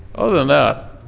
other than that,